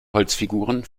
holzfiguren